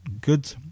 good